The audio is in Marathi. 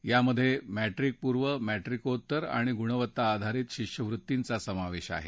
त्यात मॅट्रिकपूर्व मॅट्रिकोत्तर आणि गुणवत्ता आधारित शिष्यवृत्तींचा समावेश आहे